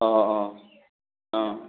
অঁ অঁ অঁ অঁ